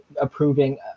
approving